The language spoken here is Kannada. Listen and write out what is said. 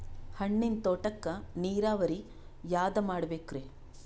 ಹಣ್ಣಿನ್ ತೋಟಕ್ಕ ನೀರಾವರಿ ಯಾದ ಮಾಡಬೇಕ್ರಿ?